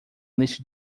lista